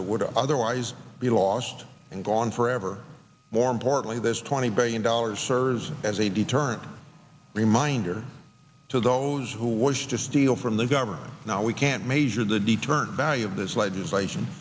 that would otherwise be lost and gone forever more importantly this twenty billion dollars serves as a deterrent reminder to those who wish to steal from the government now we can't measure the deterrent value of this legislation